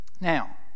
Now